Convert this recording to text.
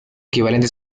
equivalente